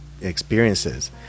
experiences